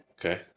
Okay